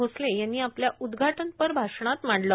भोसले यांनी आपल्या उद्घाटनपर भाषणात मांडलं